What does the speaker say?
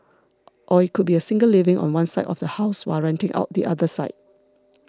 or it could be a single living on one side of the house while renting out the other side